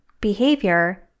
behavior